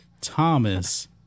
Thomas